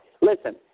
listen